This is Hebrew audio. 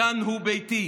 / כאן הוא ביתי.